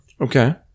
Okay